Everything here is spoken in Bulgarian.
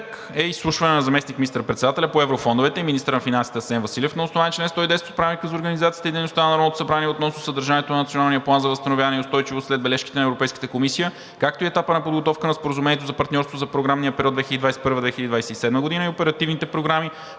г. 13. Изслушване на заместник министър-председателя по еврофондовете и министър на финансите Асен Василев на основание чл. 110 от Правилника за организацията и дейността на Народното събрание относно съдържанието на Националния план за възстановяване и устойчивост след бележките на Европейската комисия, както и етапът на подготовка на Споразумението за партньорство за програмния период 2021 – 2027 г. и на оперативните програми,